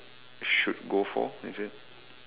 should go for is it